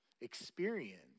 experience